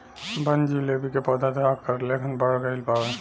बनजीलेबी के पौधा झाखार लेखन बढ़ गइल बावे